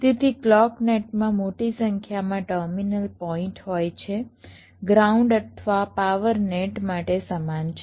તેથી ક્લૉક નેટમાં મોટી સંખ્યામાં ટર્મિનલ પોઇન્ટ હોય છે ગ્રાઉન્ડ અથવા પાવર નેટ માટે સમાન છે